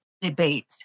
debate